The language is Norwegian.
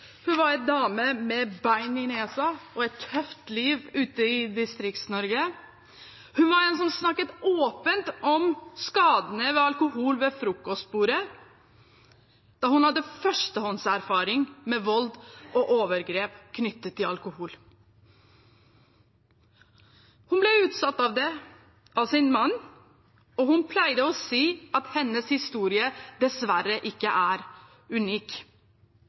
Hun var en dame med bein i nesa og et tøft liv ute i Distrikts-Norge. Hun var en som ved frokostbordet snakket åpent om skadene ved alkohol , da hun hadde førstehåndserfaring med vold og overgrep knyttet til alkohol. Hun ble utsatt for det fra sin mann, og hun pleide å si at hennes historie dessverre ikke er unik.